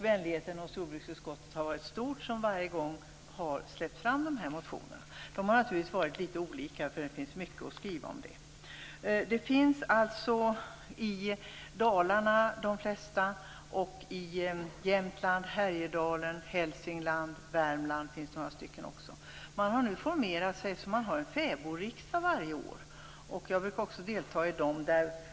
Vänligheten hos jordbruksutskottet har varit stor när man varje gång har släppt fram de motionerna. De har naturligtvis varit litet olika, eftersom det finns mycket att skriva om fäbodar. De flesta fäbodarna finns i Dalarna, i Jämtland, i Härjedalen, i Hälsingland, och det finns också några i Värmland. Man har nu formerat sig så att man har en fäbodriksdag varje år. Jag brukar också delta i dem.